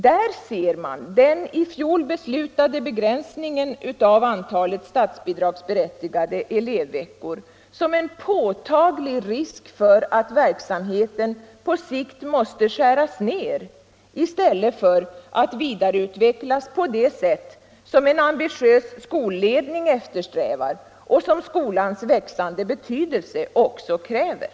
Där ser man den i fjol beslutade begränsningen av antalet statsbidragsberättigade elevveckor som en påtaglig risk för att verksamheten på sikt måste skäras ned i stället för att vidareutvecklas Nr 41 på det sätt som en ambitiös skolledning eftersträvar och som skolans Onsdagen den växande betydelse också kräver.